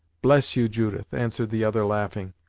bless you, judith! answered the other laughing,